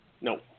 No